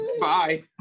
bye